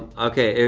okay,